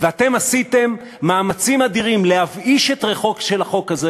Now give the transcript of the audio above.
ואתם עשיתם מאמצים אדירים להבאיש את ריחו של החוק הזה